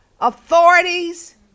authorities